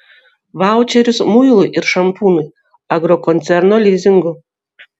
vaučeris muilui ir šampūnui agrokoncerno lizingu